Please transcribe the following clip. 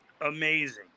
amazing